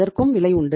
அதற்கும் விலை உண்டு